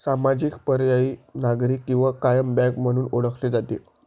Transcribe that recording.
सामाजिक, पर्यायी, नागरी किंवा कायम बँक म्हणून ओळखले जाते